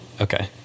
Okay